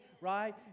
right